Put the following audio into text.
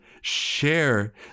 share